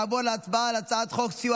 נעבור להצבעה בקריאה הראשונה על הצעת חוק סיוע